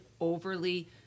overly